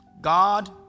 God